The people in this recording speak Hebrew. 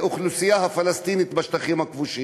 האוכלוסייה הפלסטינית בשטחים הכבושים.